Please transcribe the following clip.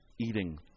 eating